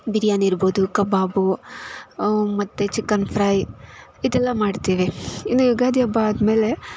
ಬಿರಿಯಾನಿ ಇರ್ಬೋದು ಕಬಾಬು ಮತ್ತು chicken fry ಇದೆಲ್ಲ ಮಾಡ್ತೀವಿ ಇನ್ನು ಯುಗಾದಿ ಹಬ್ಬ ಆದಮೇಲೆ